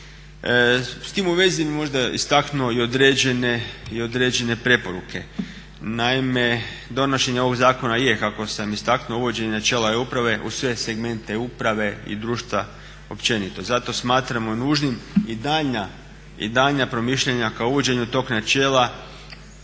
S tim u vezi možda bi istaknuo i određene preporuke naime, donošenje ovog zakona kako sam istaknuo uvođenja načela e-uprave u sve segmente uprave i društva općenito. Zato smatramo nužnim i daljnja promišljanja kao uvođenja tog načela